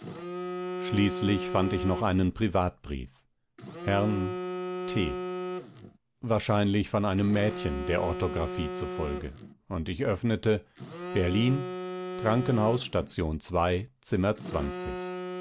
schließlich fand ich noch einen privatbrief herrn t wahrscheinlich von einem mädchen der orthographie zufolge und ich öffnete berlin krankenhaus station zimmer